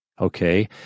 Okay